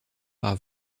par